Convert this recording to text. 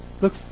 Look